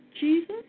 Jesus